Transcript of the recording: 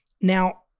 Now